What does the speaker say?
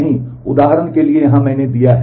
नहीं उदाहरण के लिए यहाँ मैंने दिया है